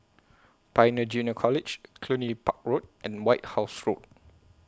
Pioneer Junior College Cluny Park Road and White House Road